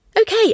Okay